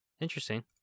interesting